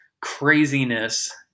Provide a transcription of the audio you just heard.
craziness